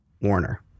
Warner